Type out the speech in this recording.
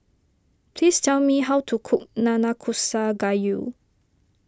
please tell me how to cook Nanakusa Gayu